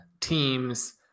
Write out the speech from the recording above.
teams